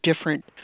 different